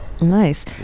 Nice